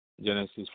Genesis